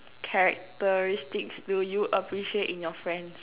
characteristics do you appreciate in your friends